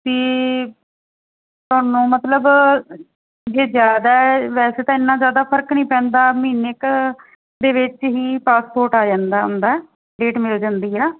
ਅਤੇ ਤੁਹਾਨੂੰ ਮਤਲਬ ਜੇ ਜ਼ਿਆਦਾ ਵੈਸੇ ਤਾਂ ਇੰਨਾ ਜ਼ਿਆਦਾ ਫਰਕ ਨਹੀਂ ਪੈਂਦਾ ਮਹੀਨੇ ਕੁ ਦੇ ਵਿੱਚ ਹੀ ਪਾਸਪੋਰਟ ਆ ਜਾਂਦਾ ਹੁੰਦਾ ਡੇਟ ਮਿਲ ਜਾਂਦੀ ਆ